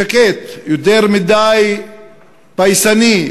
שקט, יותר מדי פייסני,